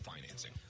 financing